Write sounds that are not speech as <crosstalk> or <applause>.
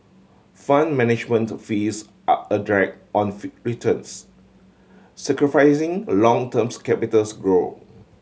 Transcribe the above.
Fund Management fees are a drag on <unintelligible> returns sacrificing a long terms capitals grow